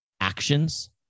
actions